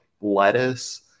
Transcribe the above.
lettuce